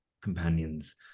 companions